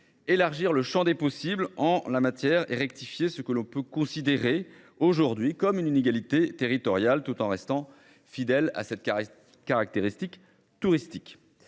élargir le Champ des possibles en la matière et rectifier ce que l'on peut considérer aujourd'hui comme une inégalité territoriale tout en restant fidèle à cette. Caractéristique touristique